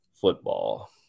football